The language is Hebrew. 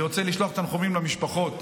אני רוצה לשלוח תנחומים למשפחות.